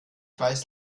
weiß